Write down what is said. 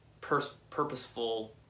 purposeful